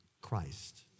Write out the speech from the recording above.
Christ